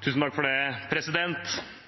Replikkordskiftet er